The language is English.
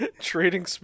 trading